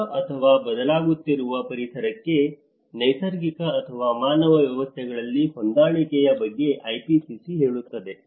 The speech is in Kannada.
ಹೊಸ ಅಥವಾ ಬದಲಾಗುತ್ತಿರುವ ಪರಿಸರಕ್ಕೆ ನೈಸರ್ಗಿಕ ಅಥವಾ ಮಾನವ ವ್ಯವಸ್ಥೆಗಳಲ್ಲಿ ಹೊಂದಾಣಿಕೆಯ ಬಗ್ಗೆ IPCC ಹೇಳುತ್ತದೆ